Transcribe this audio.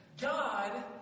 God